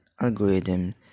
algorithm